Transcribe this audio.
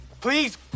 Please